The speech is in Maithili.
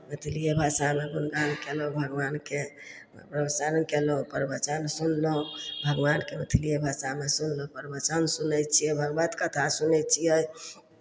मैथिलिए भाषामे गुणगान कयलहुँ भगवानके दर्शन कयलहुँ प्रवचन सुनलहुँ भगवानके मैथिलिए भाषामे सुनलहुँ प्रवचन सुनै छियै भागवत कथा सुनै छियै